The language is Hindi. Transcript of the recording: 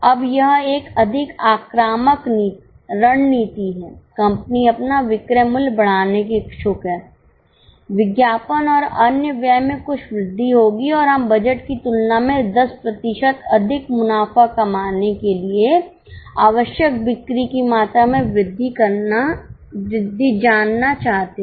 अब यह एक अधिक आक्रामक रणनीति है कंपनी अपना विक्रय मूल्य बढ़ाने की इच्छुक है विज्ञापन और अन्य व्यय में कुछ वृद्धि होगी और हम बजट की तुलना में 10 प्रतिशत अधिक मुनाफा कमाने के लिए आवश्यक बिक्री की मात्रा में वृद्धि जानना चाहते हैं